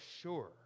sure